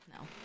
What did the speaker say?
No